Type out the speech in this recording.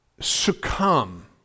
succumb